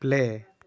play